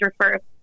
first